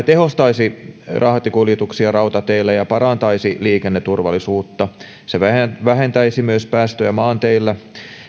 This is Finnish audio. tehostaisi rahtikuljetuksia rautateillä ja parantaisi liikenneturvallisuutta se vähentäisi myös päästöjä maanteillä